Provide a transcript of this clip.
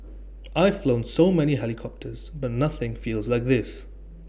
I've flown so many helicopters but nothing feels like this